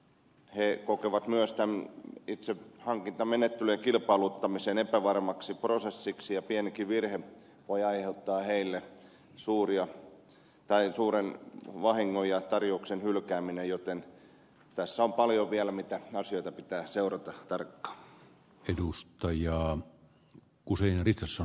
he kokevat myös tämän itse hankintamenettelyjen kilpailuttamisen epävarmaksi prosessiksi ja pienikin virhe voi aiheuttaa heille suuren vahingon ja tarjouksen hylkäämisen joten tässä on vielä paljon asioita mitä pitää seurata tarkkaan edustajia on usein ritsos on